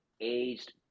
aged